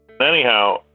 Anyhow